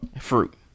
Fruit